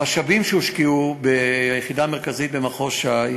המשאבים שהושקעו ביחידה המרכזית במחוז ש"י